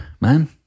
man